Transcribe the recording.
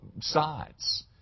sides